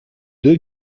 deux